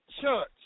Church